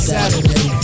Saturday